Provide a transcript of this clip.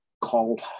called